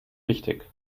wichtig